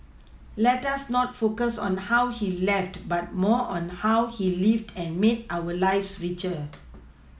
let us not focus on how he left but more on how he lived and made our lives richer